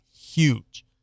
Huge